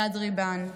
אלעד ריבן.